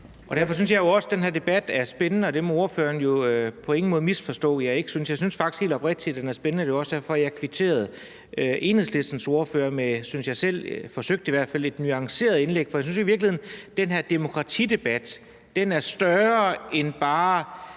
Derfor synes jeg jo også, den her debat er spændende, og det må ordføreren jo på ingen måde misforstå at jeg ikke synes. Jeg synes faktisk helt oprigtigt, at den er spændende, og det var jo også derfor, jeg kvitterede over for Enhedslistens ordfører – det synes jeg selv jeg gjorde, eller forsøgte i hvert fald – for et nuanceret indlæg. For jeg synes i virkeligheden, at den her demokratidebat er større end bare